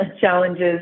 challenges